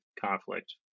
conflict